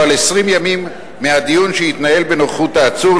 או על 20 ימים מהדיון שהתקיים בנוכחות העצור,